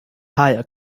higher